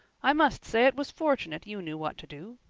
i must say it was fortunate you knew what to do.